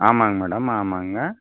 ஆமாங்க மேடம் ஆமாங்க